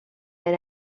than